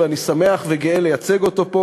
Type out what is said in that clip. ואני שמח וגאה לייצג אותו פה,